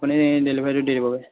আপুনি ডেলিভাৰীটো দি দিবগৈ